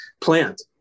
plant